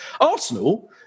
Arsenal